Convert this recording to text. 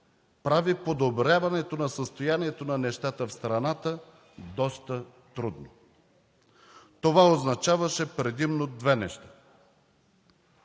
прави подобряването на състоянието на нещата в страната доста трудно. Това означаваше предимно две неща: